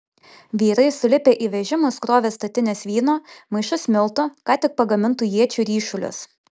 vyrai sulipę į vežimus krovė statines vyno maišus miltų ką tik pagamintų iečių ryšulius